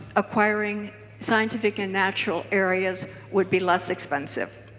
acquiring scientific and natural areas would be less expensive.